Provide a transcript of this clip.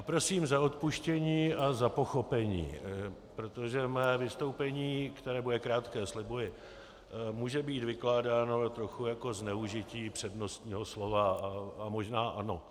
Prosím za odpuštění a za pochopení, protože mé vystoupení, které bude krátké, slibuji, může být vykládáno trochu jako zneužití přednostního slova, a možná ano.